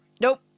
Nope